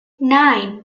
nine